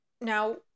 Now